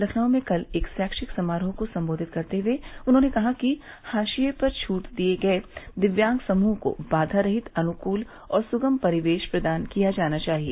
लखनऊ में कल एक शैक्षिक समारोह को सम्बोधित करते हए उन्होंने कहा कि हाशिये पर छूट गए दिव्यांग समूहों को बाधा रहित अनुकूल और सुगम परिवेश प्रदान किया जाना चाहिए